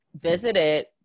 visited